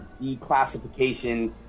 declassification